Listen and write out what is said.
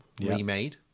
remade